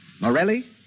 Morelli